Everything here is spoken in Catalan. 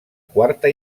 quarta